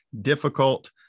difficult